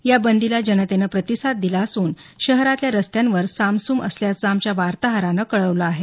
या बंदीला जनतेनं प्रतिसाद दिला असून शहरातल्या रस्त्यांवर सामसूम असल्याच आमच्या वार्ताहरान कळवलं आहे